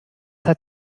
hat